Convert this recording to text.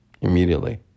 Immediately